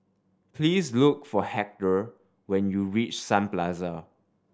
please look for Hector when you reach Sun Plaza